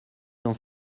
dans